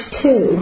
two